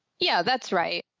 yeah, that's right.